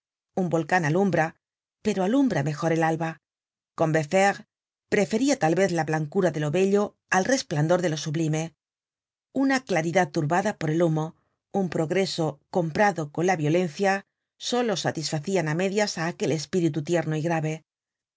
un volcan alumbra pero alumbra mejor el alba combeferre preferia tal vez la blancura de lo bello al resplandor de lo sublime una claridad turbada por el humo un progreso comprado con la violencia solo satisfacian á medias á aquel espíritu tierno y grave el